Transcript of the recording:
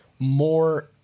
more